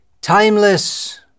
timeless